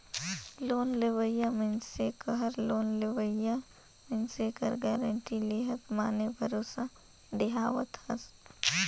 loan लेवइया मइनसे कहर लोन लेहोइया मइनसे कर गारंटी लेहत माने भरोसा देहावत हस